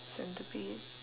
centipede